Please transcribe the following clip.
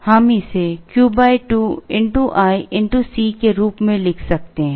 हम इसे Q 2 x i x C के रूप में लिख सकते हैं